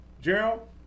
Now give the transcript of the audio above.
Gerald